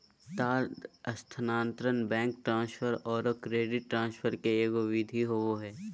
तार स्थानांतरण, bank transfer औरो क्रेडिट ट्रांसफ़र के एगो विधि होबो हइ